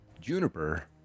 Juniper